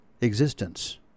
existence